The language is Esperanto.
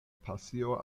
pasio